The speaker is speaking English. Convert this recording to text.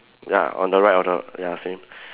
ya on the of the ya same